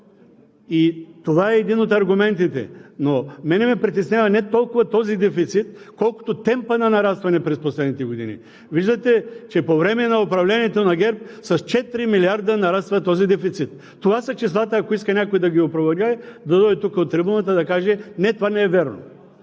и това е един от аргументите. Мен ме притеснява не толкова този дефицит, колкото темпът на нарастване през последните години. Виждате, че по време на управлението на ГЕРБ с 4 млрд. лв. нараства този дефицит. Това са числата. Ако иска някой да ги опровергае, да дойде тук от трибуната да каже: не, това не е вярно!